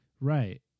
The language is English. right